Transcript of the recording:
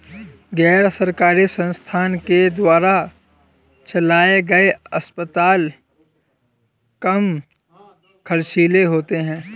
गैर सरकारी संस्थान के द्वारा चलाये गए अस्पताल कम ख़र्चीले होते हैं